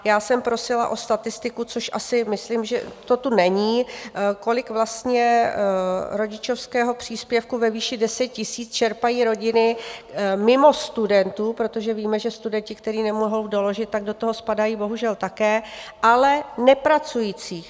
Já jsem prosila o statistiku, což asi si myslím, že to tu není, kolik vlastně rodičovského příspěvku ve výši 10 tisíc čerpají rodiny mimo studentů, protože víme, že studenti, kteří nemohou doložit tak do toho spadají bohužel také ale nepracujících.